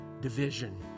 Division